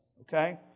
okay